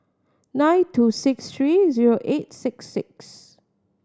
nine two six three zero eight six six